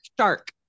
shark